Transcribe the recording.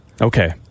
okay